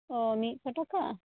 ᱚᱻ ᱢᱤᱫ ᱥᱚ ᱴᱟᱠᱟ